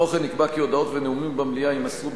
כמו כן נקבע כי הודעות ונאומים במליאה יימסרו